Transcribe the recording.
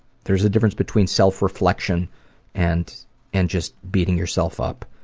there's a difference between self-reflection and and just beating yourself up.